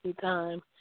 Time